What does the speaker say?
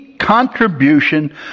contribution